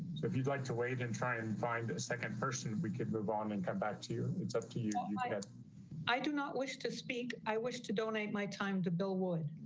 if you'd like to wait and try and find a second person we could move on and come back to you. it's up to you. you. like patcarden i do not wish to speak, i wish to donate my time to bill would